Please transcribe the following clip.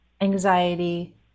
anxiety